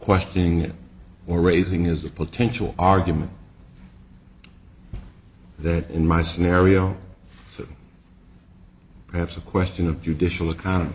questioning or raising is the potential argument that in my scenario for perhaps a question of judicial economy